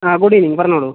ആ good evening പറഞ്ഞോളൂ